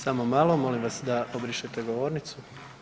Samo malo, molim vas da obrišete govornicu.